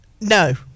no